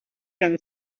and